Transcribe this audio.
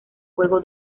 juego